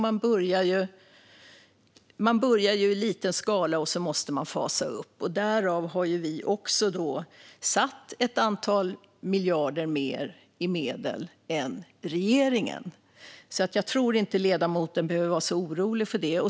Man börjar i liten skala, och sedan måste man skala upp. Vi har då också lagt ett antal miljarder mer i medel än regeringen. Jag tror alltså inte att ledamoten behöver vara så orolig för detta.